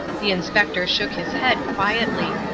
the inspector shook his head quietly.